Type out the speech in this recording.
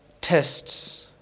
tests